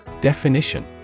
Definition